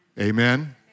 Amen